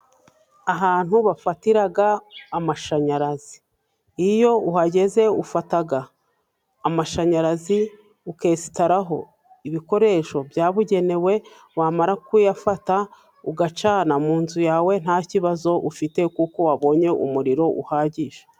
Ahantu bafatira amashanyarazi. Iyo uhageze ufata amashanyarazi ukesitaraho ibikoresho byabugenewe, wamara kuyafata ugacana mu nzu yawe nta kibazo ufite, kuko wabonye umuriro uhagije.